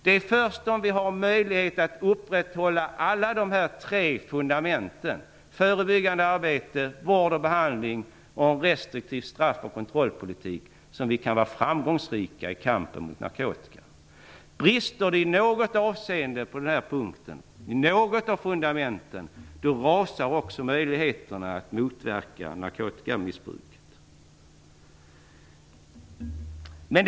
Det är först om vi har möjlighet att upprätthålla alla dessa tre fundament - förebyggande arbete, vård och behandling och en restriktiv straff och kontrollpolitik - som vi kan vara framgångsrika i kampen mot narkotika. Brister det i något avseende på denna punkt, i något av fundamenten, rasar också möjligheterna att motverka narkotikamissbruket.